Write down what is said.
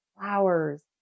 flowers